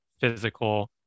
physical